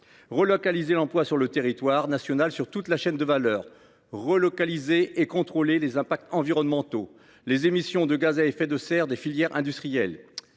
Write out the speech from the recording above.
relocaliser l’emploi sur le territoire national sur toute la chaîne de valeur ; de relocaliser et contrôler les impacts environnementaux, les émissions de gaz à effet de serre des filières industrielles.